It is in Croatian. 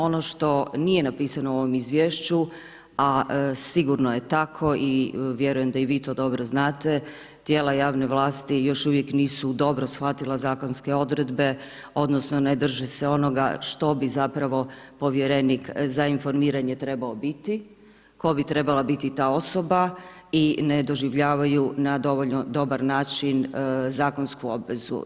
Ono što nije napisano u ovom izvješću, a sigurno je tako i vjerujem da i vi to dobro znate, tijela javne vlasti, još uvijek nisu dobro shvatile zakonske odredbe, odnosno, ne drži se onoga što bi zapravo povjerenik za informiranje trebao biti, tko bi trebala biti ta osoba i ne doživljavaju na dovoljno dobar način zakonsku obvezu.